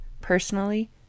personally